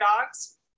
dogs